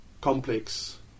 complex